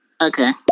Okay